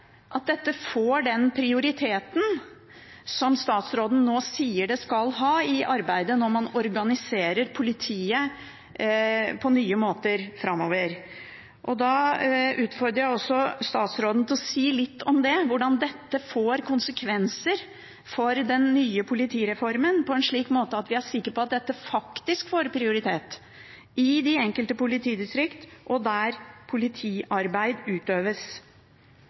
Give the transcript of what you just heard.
at dette får den prioritet som statsråden nå sier at det skal ha i arbeidet med å organisere politiet på nye måter framover, og jeg vil utfordre statsråden til å si litt om hvordan dette får konsekvenser for den nye politireformen, på en slik måte at vi er sikre på at dette faktisk får prioritet i de enkelte politidistrikt og der politiarbeid utøves.